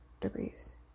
degrees